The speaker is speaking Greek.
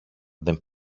δεν